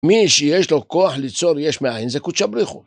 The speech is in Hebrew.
מי שיש לו כוח ליצור יש מאין, זה קודשא בריך הוא.